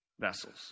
vessels